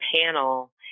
panel